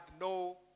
no